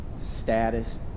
status